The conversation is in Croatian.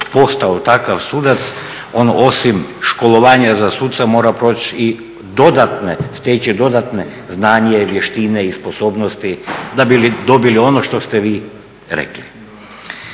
postao takav sudac on osim školovanja za suca mora proći i dodatne, steći dodatna znanja, vještine i sposobnosti da bi dobili ono što ste vi rekli.